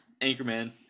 Anchorman